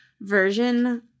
version